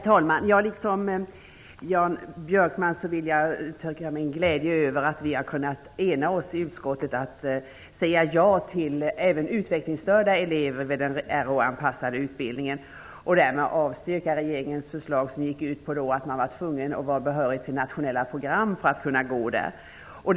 Herr talman! Liksom Jan Björkman vill jag uttrycka min glädje över att vi har kunnat ena oss i utskottet. Vi säger ja även till utvecklingsstörda elever med den Rh-anpassade utbildningen. Därmed avstyrker vi regeringens förslag som gick ut på att eleverna skulle vara tvungna att vara behöriga till utbildning på nationella program för att kunna gå den utbildningen.